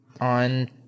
on